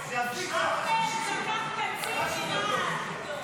הסתייגות 61 לא נתקבלה.